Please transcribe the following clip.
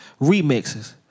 remixes